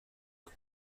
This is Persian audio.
خود